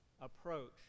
approach